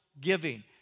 giving